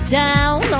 down